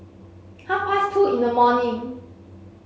half past two in the morning